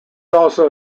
also